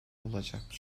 olacak